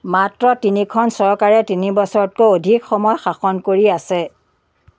মাত্ৰ তিনিখন চৰকাৰে তিনি বছৰতকৈ অধিক সময় শাসন কৰি আছে